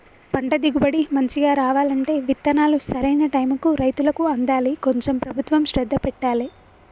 పంట దిగుబడి మంచిగా రావాలంటే విత్తనాలు సరైన టైముకు రైతులకు అందాలి కొంచెం ప్రభుత్వం శ్రద్ధ పెట్టాలె